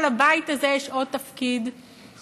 אבל לבית הזה יש עוד תפקיד חשוב,